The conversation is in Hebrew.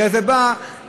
אלא זה בא להתמקצע,